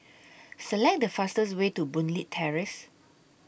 Select The fastest Way to Boon Leat Terrace